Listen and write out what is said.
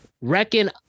Reckon